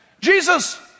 Jesus